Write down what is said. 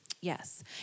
Yes